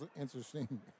interesting